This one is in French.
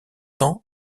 temps